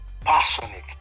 Passionate